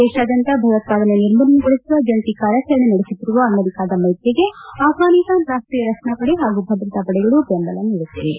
ದೇಶಾದ್ಲಂತ ಭಯೋತ್ವಾದನೆಯನ್ನು ನಿರ್ಮೂಲಗೊಳಿಸುವ ಜಂಟಿ ಕಾರ್ಯಾಚರಣೆ ನಡೆಸುತ್ತಿರುವ ಅಮೆರಿಕಾದ ಮೈತ್ರಿಗೆ ಅಫ್ವಾನಿಸ್ತಾನ ರಾಷ್ಟೀಯ ರಕ್ಷಣಾ ಪಡೆ ಹಾಗೂ ಭದ್ರತಾ ಪಡೆಗಳು ಬೆಂಬಲ ನೀಡುತ್ತಿವೆ